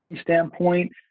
standpoint